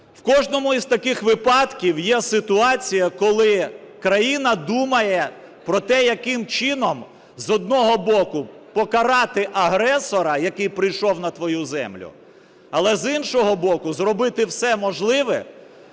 В кожному із таких випадків є ситуація, коли країна думає про те яким чином, з одного боку, покарати агресора, який прийшов на твою землю. Але з іншого боку зробити все можливе,